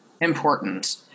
important